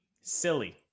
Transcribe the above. silly